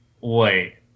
wait